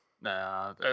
Nah